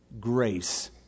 grace